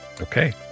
Okay